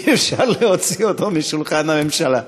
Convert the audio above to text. אי-אפשר להוציא אותו משולחן הממשלה.